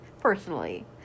personally